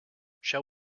shall